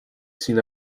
seen